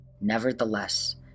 Nevertheless